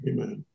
Amen